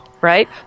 right